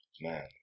Man